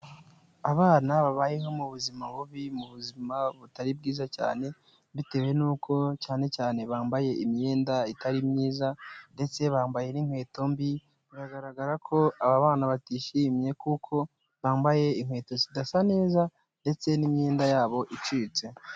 Abana babayeho mu buzima bubi mu buzima butari bwiza cyane bitewe n'uko cyane cyane bambaye imyenda itari myiza ndetse bambaye n'inkweto mbi, biragaragara ko aba bana batishimye kuko bambaye inkweto zidasa neza ndetse n'imyenda yabo icitse.